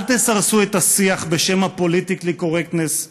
אל תסרסו את השיח בשם ה-political correctness,